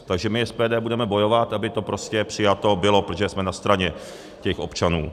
Takže my SPD budeme bojovat, aby to prostě přijato bylo, protože jsme na straně těch občanů.